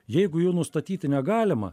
jeigu jų nustatyti negalima